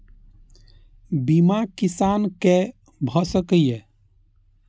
बीमा किसान कै भ सके ये?